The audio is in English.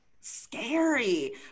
scary